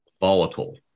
Volatile